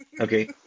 Okay